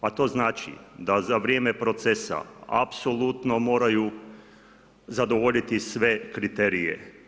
A to znači da za vrijeme procesa apsolutno moraju zadovoljiti sve kriterije.